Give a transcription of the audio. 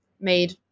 made